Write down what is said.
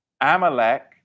Amalek